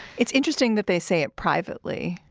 it's interesting that they say it privately.